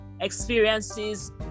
experiences